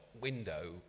window